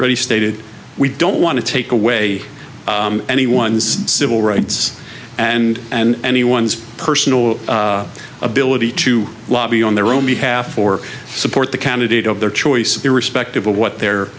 already stated we don't want to take away anyone's civil rights and and he ones personal ability to lobby on their own behalf or support the candidate of their choice irrespective of what their